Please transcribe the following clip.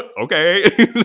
okay